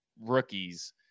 Rookies